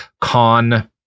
con